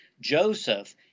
Joseph